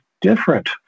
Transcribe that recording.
different